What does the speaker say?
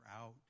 out